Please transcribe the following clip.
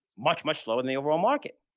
much, much slower than the overall market.